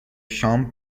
شام